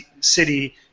City